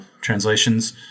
translations